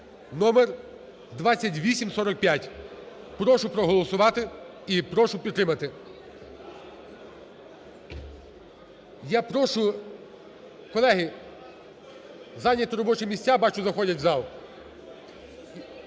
(№ 2845). Прошу проголосувати і прошу підтримати. Я прошу, колеги, зайняти робочі місця. Бачу, заходять в зал.